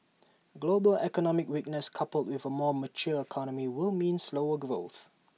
global economic weakness coupled with A more mature economy will mean slower growth